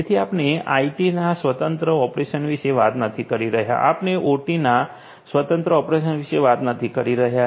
તેથી આપણે આઇટીના સ્વતંત્ર ઓપરેશન વિશે વાત નથી કરી રહ્યા આપણે ઓટીના સ્વતંત્ર ઓપરેશન વિશે વાત નથી કરી રહ્યા